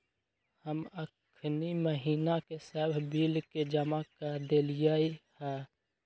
हम अखनी महिना के सभ बिल के जमा कऽ देलियइ ह